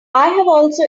also